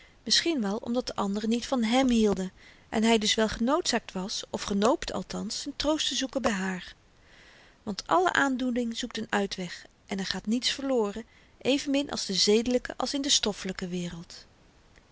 misschien wel omdat de anderen niet van hèm hielden en hy dus wel genoodzaakt was of genoopt althans z'n troost te zoeken by haar want alle aandoening zoekt n uitweg en er gaat niets verloren evenmin in de zedelyke als in de stoffelyke wereld